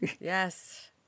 Yes